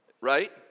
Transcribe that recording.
Right